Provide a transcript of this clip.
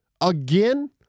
again